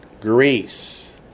Greece